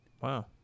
Wow